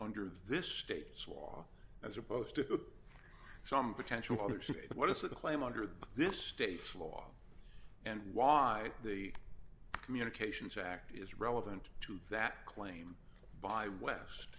under this state's law as opposed to some potential others what is the claim under this state's law and why the communications act is relevant to that claim by west